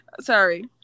Sorry